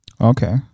Okay